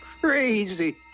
crazy